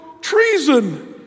treason